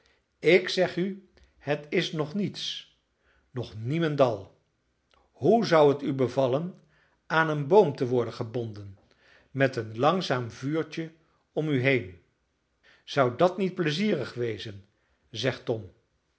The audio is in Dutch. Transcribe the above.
ik zeg u het is nog niets nog niemendal hoe zou het u bevallen aan een boom te worden gebonden met een langzaam vuurtje om u heen zou dat niet pleizierig wezen zeg tom